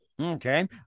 Okay